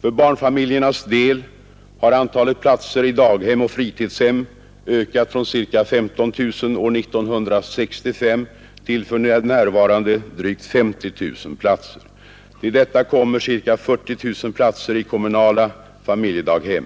För barnfamiljernas del har antalet platser i daghem och fritidshem ökat från ca 15 000 år 1965 till för närvarande drygt 50 000 platser. Till detta kommer ca 40 000 platser i kommunala familjedaghem.